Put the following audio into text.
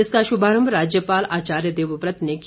इसका शुभारम्म राज्यपाल आचार्य देववत ने किया